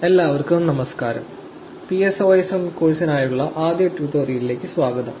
എല്ലാവർക്കും നമസ്കാരം PSOSM കോഴ്സിനായുള്ള ആദ്യ ട്യൂട്ടോറിയലിലേക്ക് സ്വാഗതം